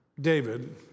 David